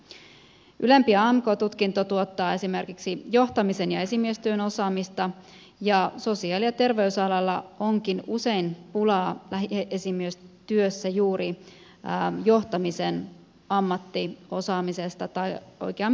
ylempi amk tutkinto tuottaa esimerkiksi johtamisen ja esimiestyön osaamista ja sosiaali ja terveysalalla onkin usein pulaa lähiesimiestyössä juuri johtamisen ammattiosaamisesta tai oikeammin koulutuksesta